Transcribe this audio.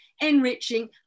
enriching